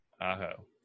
Aho